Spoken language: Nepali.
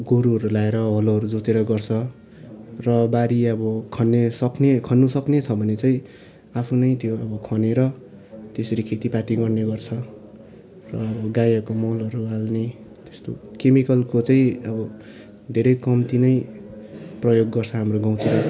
गोरुहरू लाएर हलोहरू जोतेर गर्छ र बारी अब खन्ने सक्ने खन्नुसक्ने छ भने चाहिँ आफू नै त्यो अब खनेर त्यसरी खेतीपाती गर्ने गर्छ र अब गाईहरूको मलहरू हाल्ने त्यस्तो केमिकलको चाहिँ अब धेरै कम्ती नै प्रयोग गर्छ हाम्रो गाउँतिर